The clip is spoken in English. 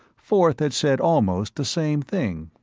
forth had said almost the same thing.